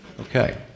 Okay